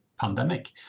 pandemic